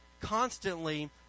constantly